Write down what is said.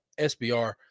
SBR